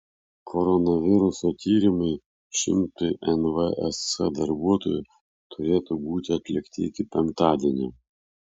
koronaviruso tyrimai šimtui nvsc darbuotojų turėtų būti atlikti iki penktadienio